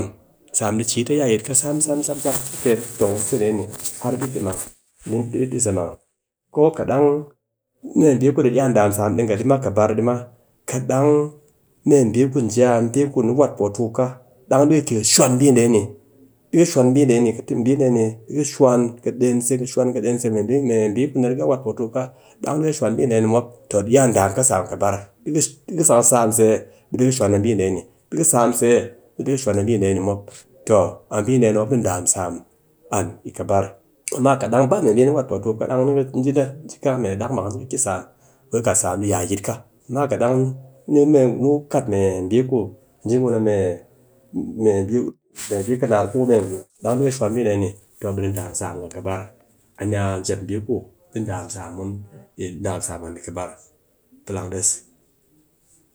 Sam di cii tra ya yit ka sam sam sam har bit di sa mang, toh kat dang mee mbi ku di iya ndam sam di nga ma, kɨbar di ma, kat dang mee mbi ku ji ku ni wat potukum ka, dang di ka ki ka shuwaan mbi dee ni, di ka shwan mbi dee ni, ka te mbi dee ni, di ka shwan ka den se, ka shwan ka den se, mee mbi ɗe ni, mee mbi ku ni riga wat potukum ka. dan dika shwan mbi dee ni mop, toh di iya ndam ka sam kɨbar, ɗi ka sa ka sam se ɓe ɗi ka shwan a mbi dee ni mop, toh a mbi dee ni mop di ndam sam an yi kɨbar, amma kat dang ba mee mbi ni wat potukum ka, kat dang ni ka ji ka mee dak mak, ni ka ki sam be ka kat sam di ya yit ka, amma kat dang yi ngu kat mee ku ji wul a mee a kɨ naar ku ku mee ngu dang ɗi ka shwan mbi dee ni toh be ɗi nadam sam nga kɨbar, ɗi ndam sam nga kɨbar. A ni a jep mbi ku ɗi ndam sam an yi kɨbar, plang des.